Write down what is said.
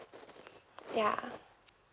ya